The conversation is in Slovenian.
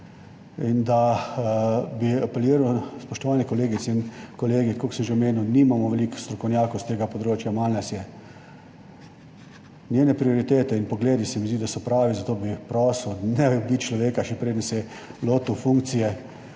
in da bi apeliral, spoštovane kolegice in kolegi, kot sem že omenil, nimamo veliko strokovnjakov s tega področja, malo nas je. Njene prioritete in pogledi se mi zdi, da so pravi, zato bi prosil, ne ubiti človeka, še preden se je lotil funkcije.